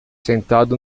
sentado